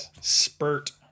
Spurt